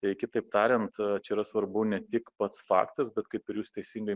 tai kitaip tariant čia yra svarbu ne tik pats faktas bet kaip ir jūs teisingai